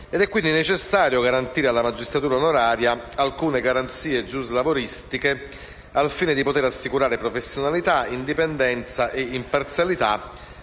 È quindi necessario garantire alla magistratura onoraria alcune garanzie giuslavoristiche al fine di poter assicurare professionalità, indipendenza e imparzialità,